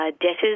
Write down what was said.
debtors